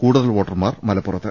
കൂടു തൽ വോട്ടർമാർ മലപ്പുറത്ത്